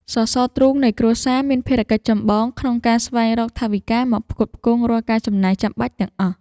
សសរទ្រូងនៃគ្រួសារមានភារកិច្ចចម្បងក្នុងការស្វែងរកថវិកាមកផ្គត់ផ្គង់រាល់ការចំណាយចាំបាច់ទាំងអស់។